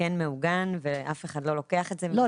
כן מעוגן ואף אחד לא לוקח את זה ומשעבד את זה לא,